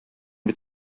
бит